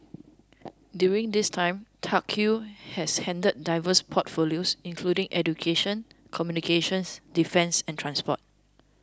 during this time Tuck Yew has handled diverse portfolios including education communications defence and transport